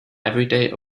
everyday